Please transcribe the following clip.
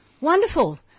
Wonderful